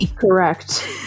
Correct